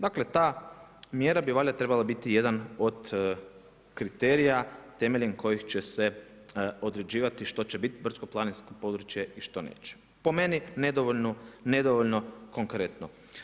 Dakle ta mjera bi valjda trebala biti jedan od kriterija temeljem kojih će se određivati što će biti, brdsko-planinsko područje i što neće, po meni nedovoljno konkretno.